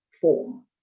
form